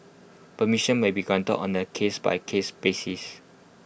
permission may be granted on A case by case basis